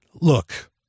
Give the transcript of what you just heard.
Look